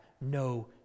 no